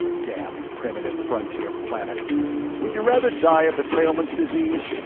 damned primitive frontier planet would you rather die of the trailmen's disease?